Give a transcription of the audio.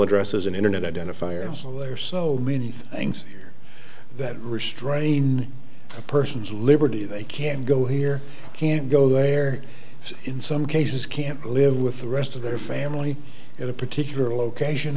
addresses and internet identifiers they are so many things that restrain a person's liberty they can go here can't go there in some cases can't live with the rest of their family at a particular location